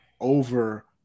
over